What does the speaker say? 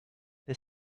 the